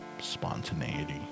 spontaneity